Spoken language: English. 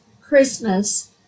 Christmas